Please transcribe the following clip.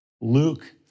Luke